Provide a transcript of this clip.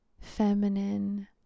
Feminine